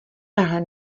tahle